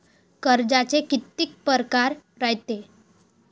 कर्जाचे कितीक परकार रायते?